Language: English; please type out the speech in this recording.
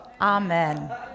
Amen